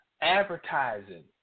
Advertising